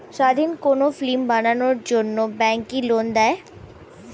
স্বাধীন কোনো ফিল্ম বানানোর জন্য ব্যাঙ্ক কি লোন দেয়?